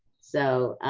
so,